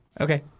Okay